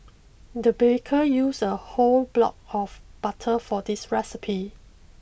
the baker used a whole block of butter for this recipe